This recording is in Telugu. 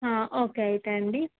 ఓకే అయితే అండి